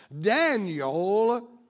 Daniel